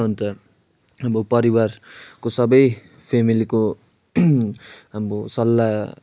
अन्त अब परिवारको सबै फेमिलीको अब सल्लाह